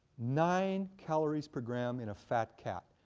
nine calories per gram in a fat cat.